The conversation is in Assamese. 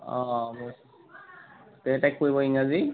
অ অ হ'ব কেই তাৰিখ পৰিব ইংৰাজী